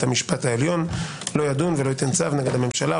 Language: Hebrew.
המשפט העליון לא ידון ולא ייתן צו נגד הממשלה,